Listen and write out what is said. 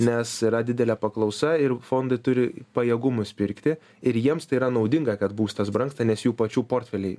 nes yra didelė paklausa ir fondai turi pajėgumus pirkti ir jiems tai yra naudinga kad būstas brangsta nes jų pačių portfeliai